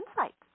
insights